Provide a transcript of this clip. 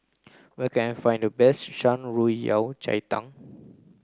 where can I find the best Shan Rui Yao Cai Tang